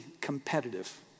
competitive